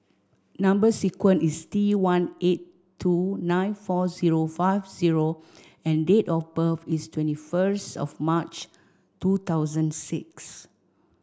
number sequence is T one eight two nine four zero five zero and date of birth is twenty first of March two thousand and six